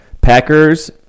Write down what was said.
Packers